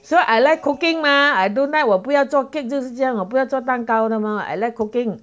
so I like cooking mah I don't like 我不要做 cake 就是这样我不要做蛋糕的吗 I like cooking